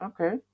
Okay